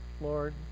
Lord